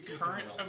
current